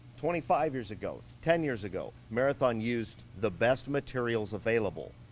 twenty five years ago, ten years ago, marathon used the best materials available.